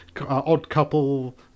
odd-couple